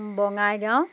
Bongaigaon